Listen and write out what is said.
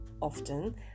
often